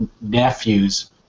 nephews